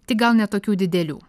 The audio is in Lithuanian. tik gal ne tokių didelių